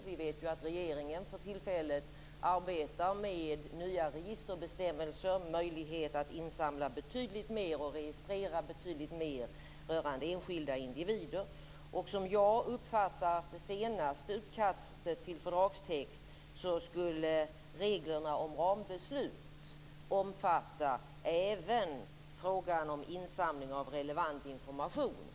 Vi vet att regeringen för tillfället arbetar med nya registerbestämmelser, som ger möjlighet att insamla betydligt mer och registrera betydligt mer rörande enskilda individer. Som jag uppfattar det senaste utkastet till fördragstext skulle reglerna om rambeslut omfatta även frågan om insamling av relevant information.